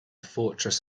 fortress